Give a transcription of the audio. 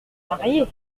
mariés